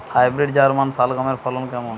Hybrid German শালগম এর ফলন কেমন?